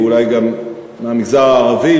ואולי גם מהמגזר הערבי,